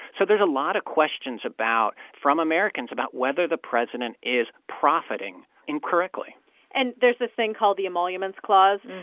so there's a lot of questions about from americans about whether the president is profiting incorrectly and there's this thing called the emoluments clause,